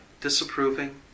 disapproving